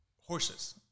horses